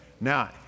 now